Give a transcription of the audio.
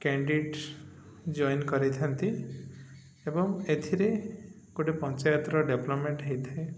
candidate join କରିଥାନ୍ତି ଏବଂ ଏଥିରେ ଗୋଟେ ପଞ୍ଚାୟତର ଡେଭ୍ଲପ୍ମେଣ୍ଟ ହେଇଥାଏ